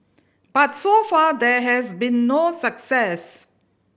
but so far there has been no success